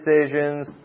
decisions